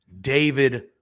David